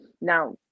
Now